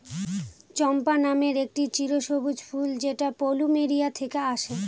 চম্পা নামের একটি চিরসবুজ ফুল যেটা প্লুমেরিয়া থেকে আসে